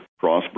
Crossbreed